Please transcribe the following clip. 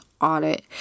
audit